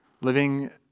living